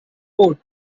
port